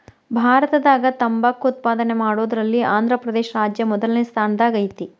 ಭಾರತದಾಗ ತಂಬಾಕ್ ಉತ್ಪಾದನೆ ಮಾಡೋದ್ರಲ್ಲಿ ಆಂಧ್ರಪ್ರದೇಶ ರಾಜ್ಯ ಮೊದಲ್ನೇ ಸ್ಥಾನದಾಗ ಐತಿ